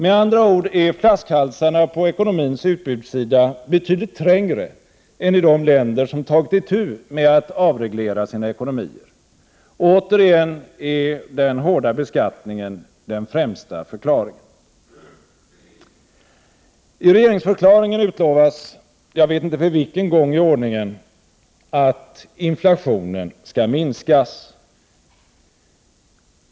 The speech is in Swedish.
Med andra ord är flaskhalsarna på ekonomins utbudssida betydligt trängre än i de länder som tagit itu med att avreglera sina ekonomier. Återigen är den hårda beskattningen den främsta förklaringen. I regeringsförklaringen utlovas — jag vet inte för vilken gång i ordningen — att inflationen skall minskas.